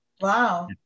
Wow